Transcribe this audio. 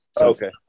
Okay